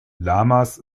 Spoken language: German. lamas